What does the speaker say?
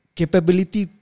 capability